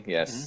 Yes